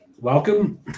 welcome